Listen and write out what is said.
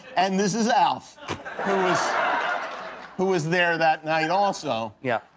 and this is alf, who was who was there that night, also. yeah.